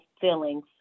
feelings